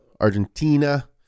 Argentina